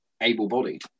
able-bodied